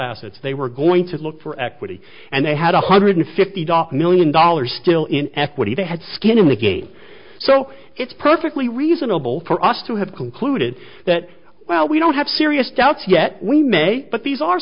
assets they were going to look for equity and they had a hundred fifty dollars million dollars still in equity they had skin in the game so it's perfectly reasonable for us to have concluded that well we don't have serious doubts yet we may but these are